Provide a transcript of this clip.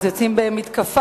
אז יוצאים במתקפה.